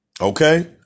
Okay